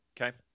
Okay